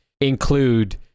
include